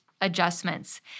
adjustments